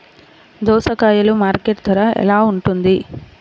దోసకాయలు మార్కెట్ ధర ఎలా ఉంటుంది?